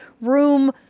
room